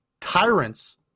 Tyrants